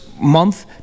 month